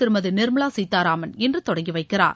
திருமதி நிர்மலா சீதாராமன் இன்று தொடங்கி வைக்கிறார்